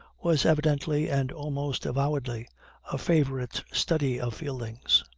was evidently and almost avowedly a favorite study of fielding's.